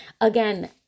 Again